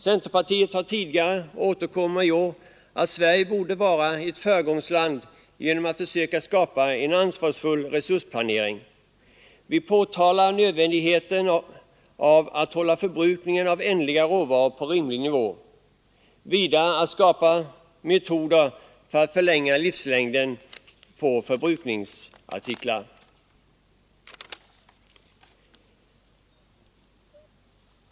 Centerpartiet har tidigare framhållit — och vi återkommer i år — att Sverige borde vara ett föregångsland genom att försöka skapa en ansvarsfull resursplanering. Vi pekar på nödvändigheten av att hålla förbrukningen av ändliga råvaror på en rimlig nivå samt skapa metoder att förlänga livslängden på förbrukningsartiklar.